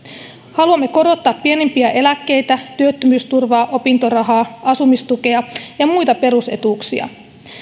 haluamme korottaa pienimpiä eläkkeitä työttömyysturvaa opintorahaa asumistukea ja muita perusetuuksia